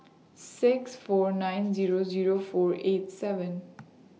six four nine Zero Zero four eight seven